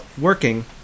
working